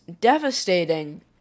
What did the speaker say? devastating